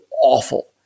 awful